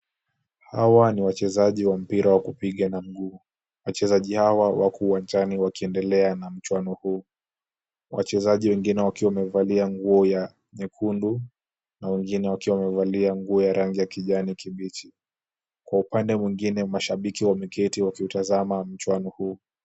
Hawa ni wachezaji wa mpira wa kupiga na mguu. Wachezaji hawa wako uwanjani wakiendelea na mchuano huu, wachezaji wengine wakiwa wamevalia nguo ya nyekundu na wengine wakiwa wamevalia nguo ya rangi ya kijani kibichi. Kwa upande mwingine mashabiki wameketi wakiutazama mchuano huu.